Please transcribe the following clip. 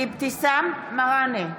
אבתיסאם מראענה,